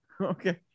Okay